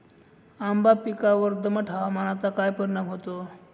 आंबा पिकावर दमट हवामानाचा काय परिणाम होतो?